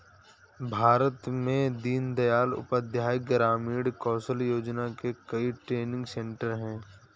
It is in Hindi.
भारत में दीन दयाल उपाध्याय ग्रामीण कौशल योजना के कई ट्रेनिंग सेन्टर है